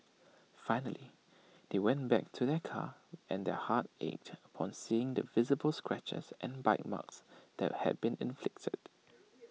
finally they went back to their car and their hearts ached upon seeing the visible scratches and bite marks that had been inflicted